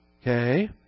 Okay